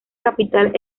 capital